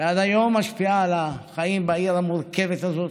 שעד היום משפיעה על החיים בעיר המורכבת הזאת,